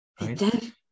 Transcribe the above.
right